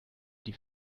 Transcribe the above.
die